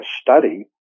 study